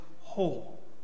whole